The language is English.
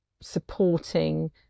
supporting